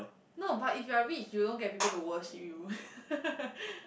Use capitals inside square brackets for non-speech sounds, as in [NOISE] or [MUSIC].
no but if you are rich you don't get people to worship you [LAUGHS]